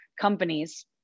companies